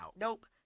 Nope